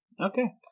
Okay